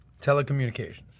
Telecommunications